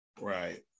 Right